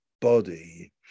body